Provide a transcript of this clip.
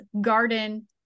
garden